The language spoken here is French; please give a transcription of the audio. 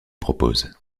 propose